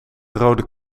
rode